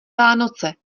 vánoce